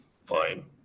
fine